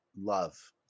love